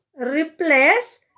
Replace